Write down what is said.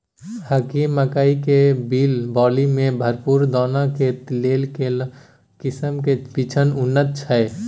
हाकीम मकई के बाली में भरपूर दाना के लेल केना किस्म के बिछन उन्नत छैय?